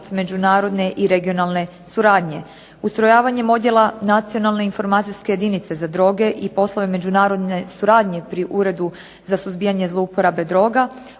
međunarodne i regionalne suradnje. Ustrojavanjem odjela nacionalne informacijske jedinice za droge i poslove međunarodne suradnje pri Uredu za suzbijanje zlouporabe droga